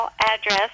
address